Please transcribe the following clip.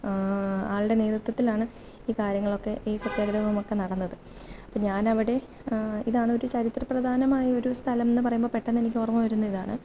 ആളുടെ നേതൃത്വത്തിലാണ് ഈ കാര്യങ്ങളൊക്കെ ഈ സത്യാഗ്രഹങ്ങളുമൊക്കെ നടന്നത് അപ്പം ഞാൻ അവിടെ ഇതാണ് ഒരു ചരിത്ര പ്രധാനമായ ഒരു സ്ഥലം എന്ന് പറയുമ്പോൾ പെട്ടെന്ന് എനിക്ക് ഓർമ്മ വരുന്നത് ഇതാണ്